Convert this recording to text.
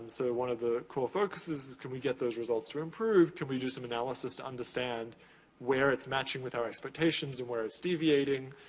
um so, one of the core focuses is could we get those results to improve? could we do some analysis to understand where it's matching with our expectations and where it's deviating?